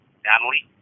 Natalie